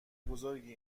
بزرگی